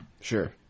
sure